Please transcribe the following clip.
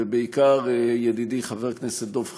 ובעיקר, ידידי חבר הכנסת דב חנין,